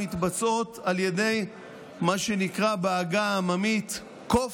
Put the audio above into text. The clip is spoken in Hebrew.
מתבצעות על ידי מה שנקרא בעגה העממית "קוף",